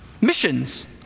Missions